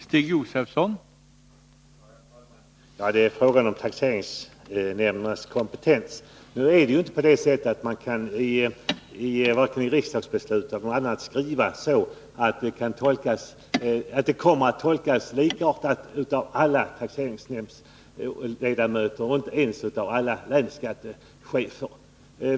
Herr talman! Det är här fråga om taxeringsnämndernas kompetens. Man kan varken i riksdagsbeslut eller i andra instanser skriva så, att det kommer att tolkas likartat av alla taxeringsnämndsledamöter eller ens av alla länsskattechefer.